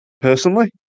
Personally